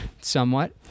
somewhat